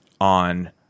on